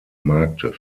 marktes